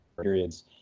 periods